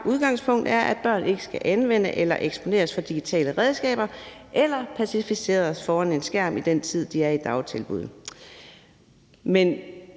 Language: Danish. udgangspunkt er, at børn ikke skal anvende eller eksponeres for digitale redskaber eller sidde pacificeret foran en skærm i den tid, de er i dagtilbud. Men